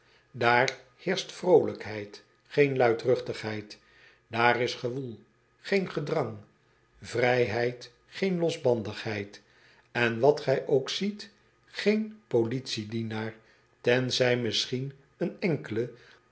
aar heerscht vrolijkheid geen luidruchtigheid daar is gewoel geen gedrang vrijheid geen losbandigheid n wat gij ook ziet geen policiedienaar tenzij misschien een enkele